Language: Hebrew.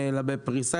אלא בפריסה.